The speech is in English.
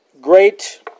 great